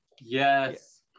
Yes